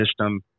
system